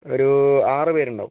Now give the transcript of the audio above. ഒരു ആറുപേരുണ്ടാവും